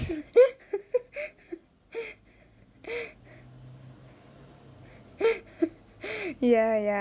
ya ya